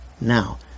Now